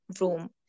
room